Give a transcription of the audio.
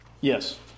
Yes